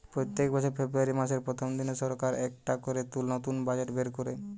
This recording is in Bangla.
পোত্তেক বছর ফেব্রুয়ারী মাসের প্রথম দিনে সরকার একটা করে নতুন বাজেট বের কোরে